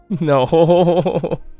No